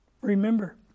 Remember